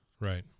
Right